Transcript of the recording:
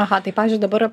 aha tai pavyzdžiui dabar